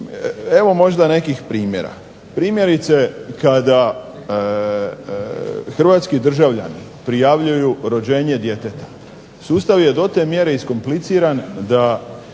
Evo možda nekih primjera. Primjerice kada hrvatski državljani prijavljuju rođenje djeteta sustav je do te mjere iskompliciran da